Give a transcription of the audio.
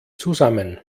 zusammen